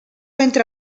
entre